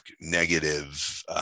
negative